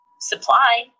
Supply